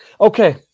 Okay